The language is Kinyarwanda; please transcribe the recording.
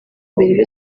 mbere